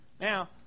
Now